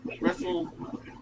Wrestle